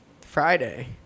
Friday